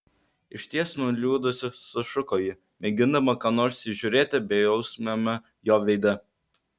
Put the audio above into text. išties nuliūdusi sušuko ji mėgindama ką nors įžiūrėti bejausmiame jo veide